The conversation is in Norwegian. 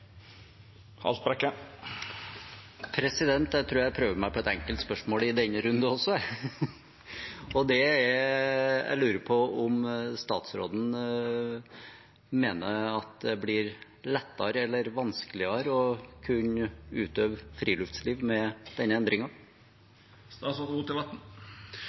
Jeg tror jeg prøver meg på et enkelt spørsmål i denne runden også, jeg. Det er: Jeg lurer på om statsråden mener at det blir lettere eller vanskeligere å kunne utøve friluftsliv med denne